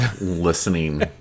listening